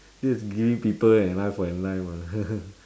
this is giving people an eye for an eye mah